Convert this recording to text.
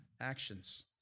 actions